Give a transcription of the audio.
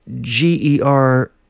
G-E-R